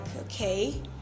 okay